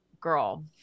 girl